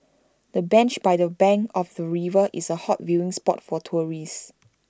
the bench by the bank of the river is A hot viewing spot for tourists